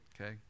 Okay